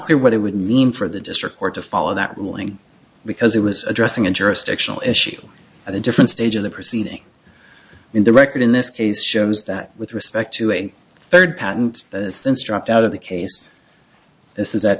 clear what it would mean for the district court to follow that ruling because it was addressing a jurisdictional issue at a different stage of the proceeding in the record in this case shows that with respect to a third patent since dropped out of the case this is that